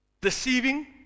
deceiving